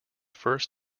first